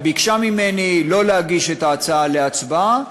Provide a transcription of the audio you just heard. וביקשה ממני לא להגיש את ההצעה להצבעה,